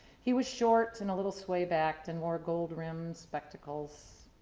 he was short and a little sway backed and wore gold-rimmed spectacles.